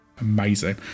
Amazing